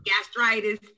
gastritis